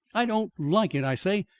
i don't like it, i say.